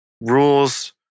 rules